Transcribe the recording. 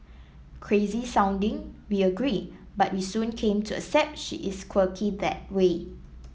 crazy sounding we agree but we soon came to accept she is quirky that way